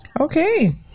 Okay